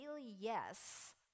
yes